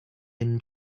been